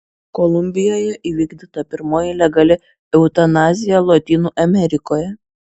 kolumbijoje įvykdyta pirmoji legali eutanazija lotynų amerikoje